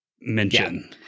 mention